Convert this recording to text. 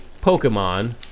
Pokemon